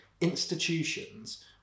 institutions